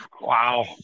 Wow